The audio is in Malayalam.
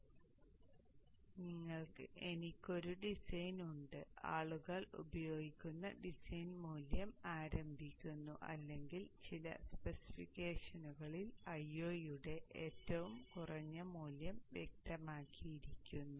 അതിനാൽ എനിക്ക് ഒരു ഡിസൈൻ ഉണ്ട് ആളുകൾ ഉപയോഗിക്കുന്ന ഡിസൈൻ മൂല്യം ആരംഭിക്കുന്നു അല്ലെങ്കിൽ ചില സ്പെസിഫിക്കേഷനുകളിൽ Io യുടെ ഏറ്റവും കുറഞ്ഞ മൂല്യം വ്യക്തമാക്കിയിരിക്കുന്നു